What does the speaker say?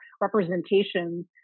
representations